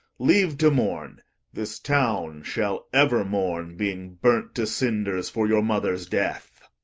leave to mourn this town shall ever mourn, being burnt to cinders for your mother's death.